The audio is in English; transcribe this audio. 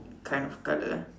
kind of colour